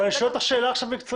אני שואל אותך עכשיו שאלה מקצועית.